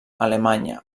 alemanya